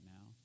now